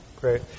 Great